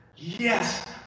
Yes